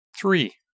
Three